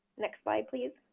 next slide please.